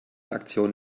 aktion